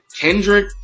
Kendrick